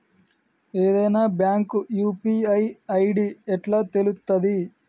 ఏదైనా bank UPI ID ఎట్లా తెలుత్తది?